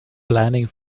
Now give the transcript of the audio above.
planning